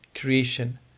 creation